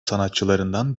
sanatçılarından